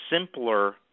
simpler